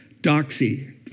doxy